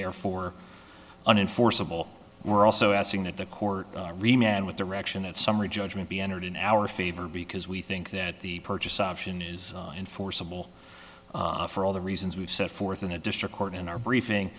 therefore unenforceable we're also asking that the court remain with direction that summary judgment be entered in our favor because we think that the purchase option is enforceable for all the reasons we've set forth in a district court in our briefing